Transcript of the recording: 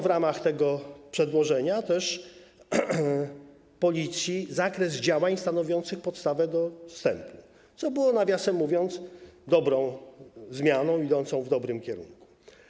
W ramach tego przedłożenia zmieniono też Policji zakres działań stanowiący podstawę dostępu, co było, nawiasem mówiąc, dobrą zmianą, idącą w dobrym kierunku.